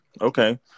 Okay